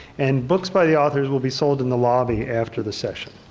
and books by the authors will be sold in the lobby after the session.